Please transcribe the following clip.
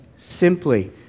simply